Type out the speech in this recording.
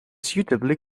suitably